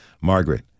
Margaret